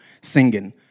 singing